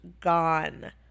gone